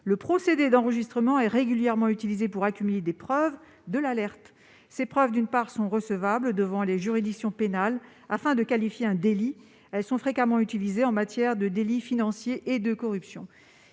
procède régulièrement à des enregistrements pour accumuler des preuves de l'alerte. Ces preuves sont recevables devant les juridictions pénales afin de qualifier un délit ; elles sont fréquemment utilisées en matière de délits financiers et de corruption.